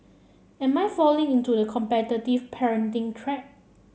am I falling into the competitive parenting trap